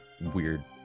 weird